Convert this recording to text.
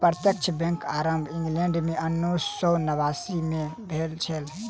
प्रत्यक्ष बैंकक आरम्भ इंग्लैंड मे उन्नैस सौ नवासी मे भेल छल